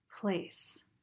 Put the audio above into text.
place